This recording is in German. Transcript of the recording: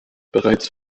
bereits